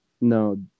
No